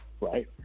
right